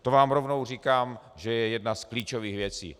To vám rovnou říkám, že je jedna z klíčových věcí.